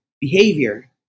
behavior